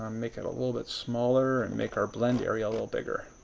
um make it a little but smaller and make our blend area a little bigger.